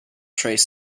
trace